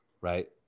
right